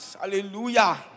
Hallelujah